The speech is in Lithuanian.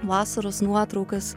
vasaros nuotraukas